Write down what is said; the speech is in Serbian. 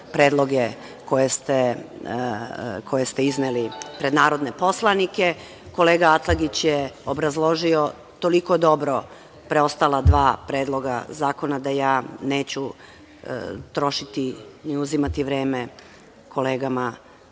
koje ste izneli pred narodne poslanike. Kolega Atlagić je obrazložio toliko dobro preostala dva Predloga zakona, da ja neću trošiti ni uzimati vreme kolegama